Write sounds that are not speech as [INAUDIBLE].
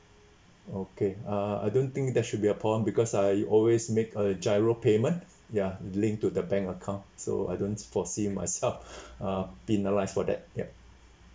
okay uh I don't think there should be a problem because I always make a GIRO payment ya it linked to the bank account so I don't foresee my stuff [BREATH] uh penalised for that yup